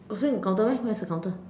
so the counter where where is the counter